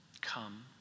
Come